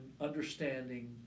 understanding